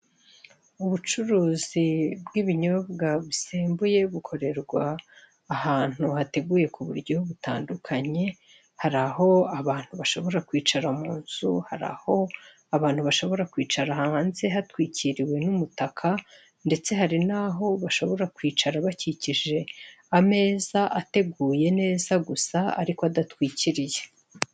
Ubucuruzi bw'ibinyobwa bisembuye, bukorerwa ahantu hateguye ku buryo butandukanye, haro aho abantu bashobora kwicara mu nzu, hari aho abantu bashobora kwicara hanze, hatwikiriwe n'umutaka, ndetse hari n'aho bashobora kwicara bakikije ameza ateguye neza gusa, ariko adatwikiriye.